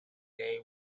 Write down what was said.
they